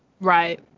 Right